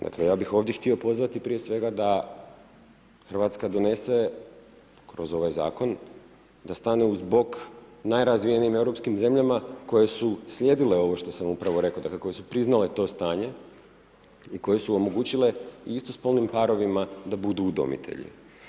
Dakle, ja bih ovdje htio pozvati prije svega da Hrvatska donese kroz ovaj Zakon, da stane uz bok najrazvijenijim europskim zemljama koje su slijedile ovo što sam upravo rekao. ... koje su priznale to stanje i koje su omogućile istospolnim parovima da budu udomitelji.